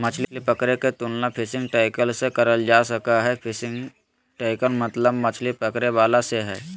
मछली पकड़े के तुलना फिशिंग टैकल से करल जा सक हई, फिशिंग टैकल मतलब मछली पकड़े वाला से हई